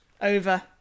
over